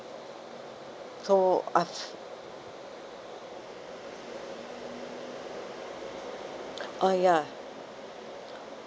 so I've uh ya